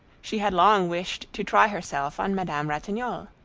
she had long wished to try herself on madame ratignolle.